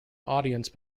audience